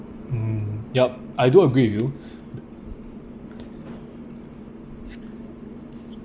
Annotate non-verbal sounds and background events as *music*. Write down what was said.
mm yup I do agree with you *breath*